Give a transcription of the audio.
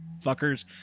fuckers